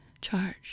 charged